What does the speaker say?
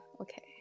okay